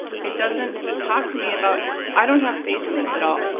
it doesn't talk to me about i don't have faith in this at all.